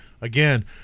again